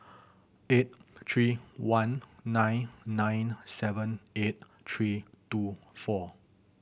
eight three one nine nine seven eight three two four